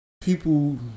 people